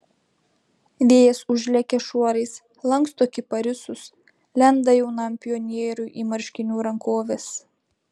vėjas užlekia šuorais lanksto kiparisus lenda jaunam pionieriui į marškinių rankoves